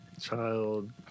child